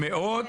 מאות?